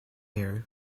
air